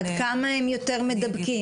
עד כמה הם יותר מדבקים?